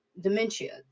dementia